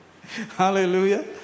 Hallelujah